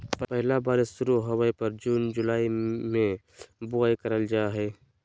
पहला बारिश शुरू होबय पर जून जुलाई में बुआई करल जाय हइ